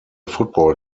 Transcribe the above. football